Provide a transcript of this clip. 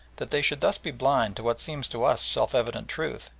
that they should thus be blind to what seems to us self-evident truth,